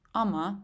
ama